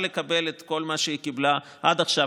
לקבל את כל מה שהיא קיבלה עד עכשיו,